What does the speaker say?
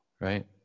right